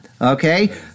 Okay